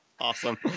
Awesome